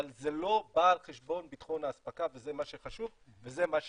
אבל זה לא בא על חשבון ביטחון האספקה וזה מה שחשוב וזה מה שהשתנה,